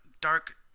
dark